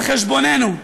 על חשבוננו.